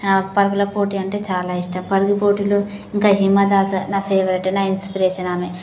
పరుగుల పోటీ అంటే చాలా ఇష్టం పరుగు పోటీలు ఇంకా హేమ దాస్ నా ఫేవరెట్ నా ఇన్స్పిరేషన్ ఆమె